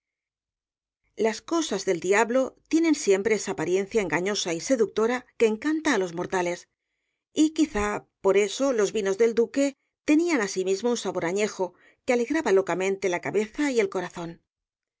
las cosas del diablo tienen siempre esa apariencia engañosa y seductora que encanta á los mortales y quizá por eso los vinos del duque tenían asimismo un sabor añejo que alegraba locamente la cabeza y el corazón